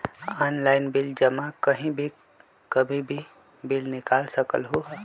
Online bill जमा कहीं भी कभी भी बिल निकाल सकलहु ह?